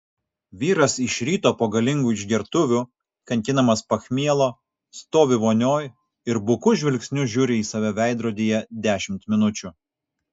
vyras iš ryto po galingų išgertuvių kankinamas pachmielo stovi vonioj ir buku žvilgsniu žiūri į save veidrodyje dešimt minučių